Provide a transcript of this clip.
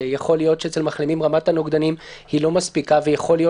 שיכול להיות שאצל מחלימים רמת הנוגדנים היא לא מספיקה ויכול להיות